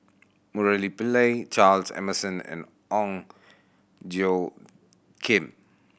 Murali Pillai Charles Emmerson and Ong Tjoe Kim